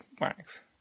wax